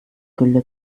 gülle